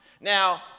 Now